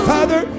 Father